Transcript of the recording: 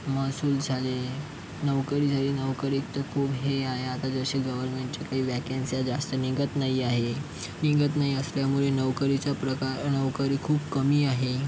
महसूल झाले नोकरी झाली नोकरीक्त खूप हे आहे आता जसे गव्हर्नमेंटच्या काही व्हॅकेन्स्या जास्त निघत नाही आहे निघत नाही असल्यामुळे नोकरीचं प्रकार नोकरी खूप कमी आहे